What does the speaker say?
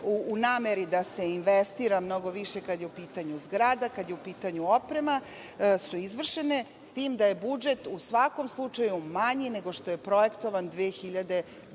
u nameri da se investira, mnogo više kada je u pitanju zgrada, kad je u pitanju oprema su izvršene, s tim da je budžet u svakom slučaju manji nego što je projektovan 2012.